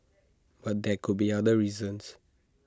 but there could be other reasons